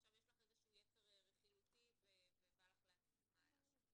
או כי יש לך איזה יצר רכילותי ובא לך להציץ מה היה שם.